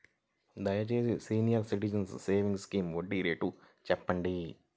దయచేసి senior citizens savings scheme వడ్డీ rate చెప్పండి